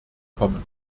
kommen